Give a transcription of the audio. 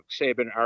Saban